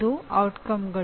ಇದು ಪರಿಣಾಮಗಳು